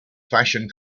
fashion